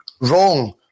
wrong